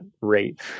rate